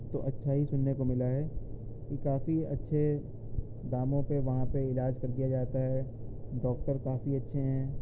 تو اچھا ہی سننے کو ملا ہے کہ کافی اچھے داموں پہ وہاں پہ علاج کر دیا جاتا ہے ڈاکٹر کافی اچھے ہیں